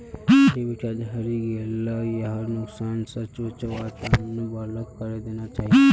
debit card हरई गेला यहार नुकसान स बचवार तना ब्लॉक करे देना चाहिए